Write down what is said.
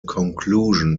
conclusion